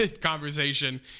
conversation